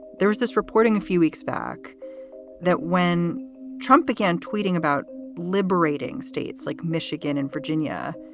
there was this reporting a few weeks back that when trump began tweeting about liberating states like michigan and virginia,